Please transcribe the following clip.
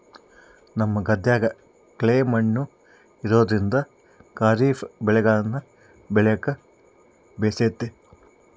ನಮ್ಮ ಗದ್ದೆಗ ಕ್ಲೇ ಮಣ್ಣು ಇರೋದ್ರಿಂದ ಖಾರಿಫ್ ಬೆಳೆಗಳನ್ನ ಬೆಳೆಕ ಬೇಸತೆ